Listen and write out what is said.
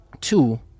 two